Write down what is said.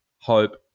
hope